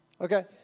okay